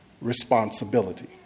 responsibility